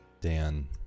Dan